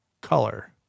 color